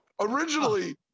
Originally